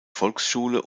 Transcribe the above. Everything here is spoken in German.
volksschule